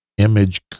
image